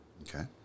Okay